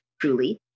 truly